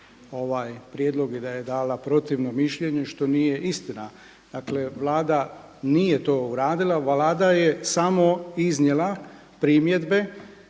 ovaj prijedlog i da je dala protivno mišljenje što nije istina. Dakle Vlada nije to uradila, Vlada je samo iznijela primjedbe